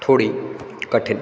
थोड़ी कठिन